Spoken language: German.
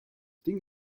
ding